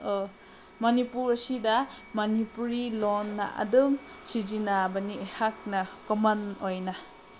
ꯃꯅꯤꯄꯨꯔ ꯑꯁꯤꯗ ꯃꯅꯤꯄꯨꯔꯤ ꯂꯣꯟꯅ ꯑꯗꯨꯝ ꯁꯤꯖꯤꯟꯅꯕꯅꯤ ꯑꯩꯍꯥꯛꯅ ꯀꯃꯟ ꯑꯣꯏꯅ